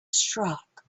struck